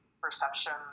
perception